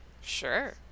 Sure